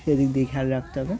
সেদিক দিয়ে খেয়াল রাখতে হবে